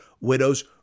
widows